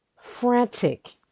frantic